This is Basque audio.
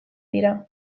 dira